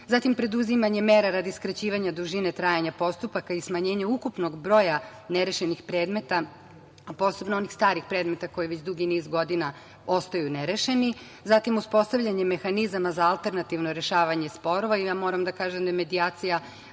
zatim preduzimanje mera radi skraćivanja dužine trajanja postupaka i smanjenje ukupnog broja nerešenih predmeta, posebno onih starih predmeta koji već dugi niz godina ostaju nerešeni, zatim uspostavljanje mehanizama za alternativno rešavanje sporova, ja moram da kažem da medijacija